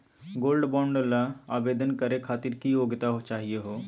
Gold bond ल आवेदन करे खातीर की योग्यता चाहियो हो?